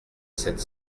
sept